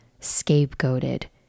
scapegoated